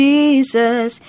Jesus